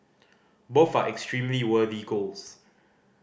both are extremely worthy goals